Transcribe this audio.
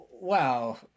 Wow